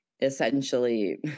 essentially